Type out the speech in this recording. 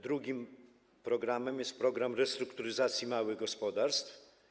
Drugim programem jest program restrukturyzacji małych gospodarstw.